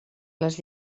les